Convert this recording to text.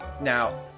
Now